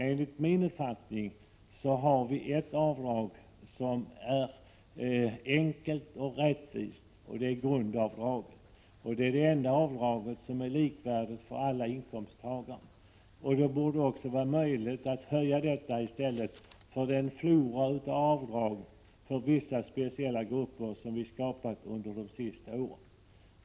Enligt min uppfattning är grundavdraget det enda avdrag som är likvärdigt för alla inkomsttagare. Det är enkelt och rättvist. Och då borde det också vara möjligt att höja detta i stället för den flora av avdrag för vissa speciella grupper som vi skapat under de senaste åren.